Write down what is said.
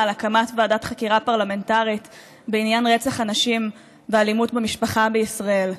על הקמת ועדת חקירה פרלמנטרית בעניין רצח הנשים ואלימות במשפחה בישראל.